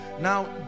Now